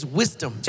wisdom